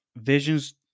Visions